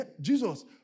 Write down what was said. Jesus